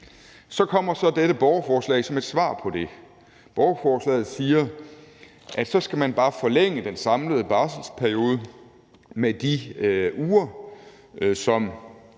Så kommer dette borgerforslag så som et svar på det. Borgerforslaget siger, at man så bare skal forlænge den samlede barselsperiode med de uger, som